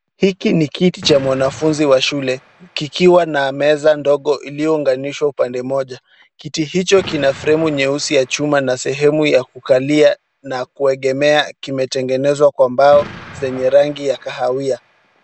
Hiki ni kiti cha mwanafunzi wa shule kikiwa na meza ndogo iliyounganishwa upande mmoja. Kiti hicho kina fremu nyeusi ya chuma na sehemu ya kukalia na kuegemea zimetengenezwa kwa mbao zenye rangi ya kahawia.